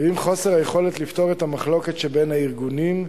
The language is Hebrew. ועם חוסר היכולת לפתור את המחלוקת שבין הארגונים,